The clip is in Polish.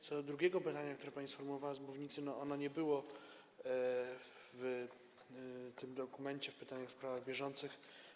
Co do drugiego pytania, które pani sformułowała z mównicy, nie było go w tym dokumencie, w pytaniach w sprawach bieżących.